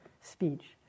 speech